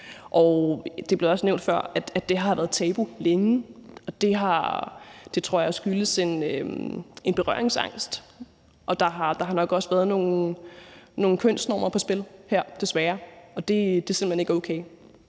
Det blev også nævnt før, at det har været tabu længe, og det har, tror jeg, skyldtes en berøringsangst, og der har nok også været nogle kønsnormer på spil her, desværre, og det er simpelt hen ikke okay.